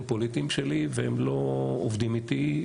הם לא חברים פוליטיים שלי והם לא עובדים איתי.